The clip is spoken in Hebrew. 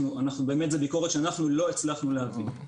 באמת זה ביקורת שאנחנו לא הצלחנו להבין.